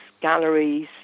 galleries